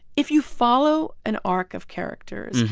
if you follow an arc of characters,